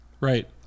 Right